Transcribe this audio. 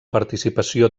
participació